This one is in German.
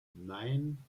nein